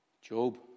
Job